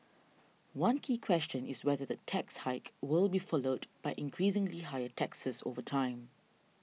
one key question is whether the tax hike will be followed by increasingly higher taxes over time